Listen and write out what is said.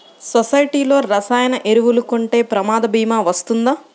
సొసైటీలో రసాయన ఎరువులు కొంటే ప్రమాద భీమా వస్తుందా?